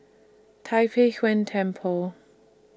Tai Pei Yuen Temple